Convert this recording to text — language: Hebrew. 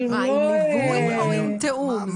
עם ליווי או עם תיאום?